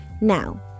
Now